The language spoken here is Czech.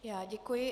Já děkuji.